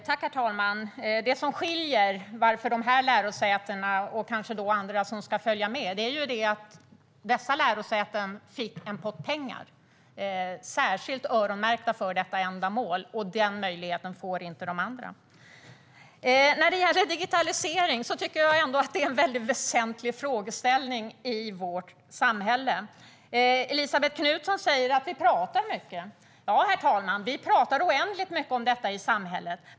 Herr talman! Det som skiljer dessa lärosäten från andra som ska följa med är att de här fick en pengapott, särskilt öronmärkt för detta ändamål. Den möjligheten får inte de andra. Jag tycker att digitalisering är en väsentlig fråga i vårt samhälle. Elisabet Knutsson säger att vi pratar mycket. Ja, herr talman, vi pratar oändligt mycket om detta i samhället.